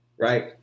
right